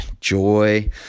joy